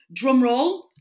drumroll